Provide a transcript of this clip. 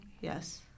Yes